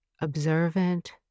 observant